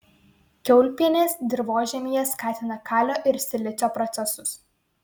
kiaulpienės dirvožemyje skatina kalio ir silicio procesus